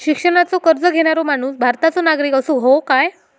शिक्षणाचो कर्ज घेणारो माणूस भारताचो नागरिक असूक हवो काय?